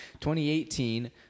2018